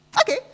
Okay